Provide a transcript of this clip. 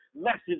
message